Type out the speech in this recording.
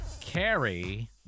Carrie